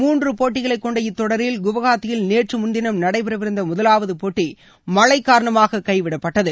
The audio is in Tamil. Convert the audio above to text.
மூன்று போட்டிகளை கொண்ட இத்தொடரில் குவஹாத்தியில் நேற்று முன்தினம் நடைபெறவிருந்த முதலாவது போட்டி மழை காரணமாக கைவிடப்பட்டது